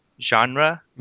genre